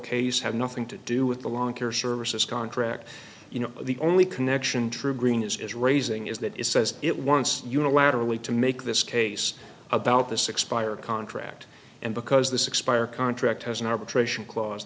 case have nothing to do with the lawn care services contract you know the only connection true green is raising is that is says it wants unilaterally to make this case about this expired contract and because this expire contract has an arbitration clause